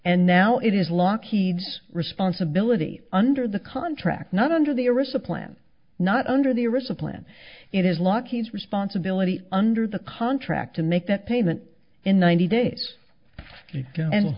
lockheed's responsibility under the contract not under the original plan not under the original plan it is lucky's responsibility under the contract to make that payment in ninety days and